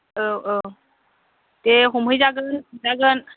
औ औ दे हमहैजागोन थांजागोन